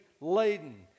laden